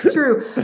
true